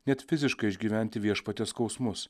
net fiziškai išgyventi viešpaties skausmus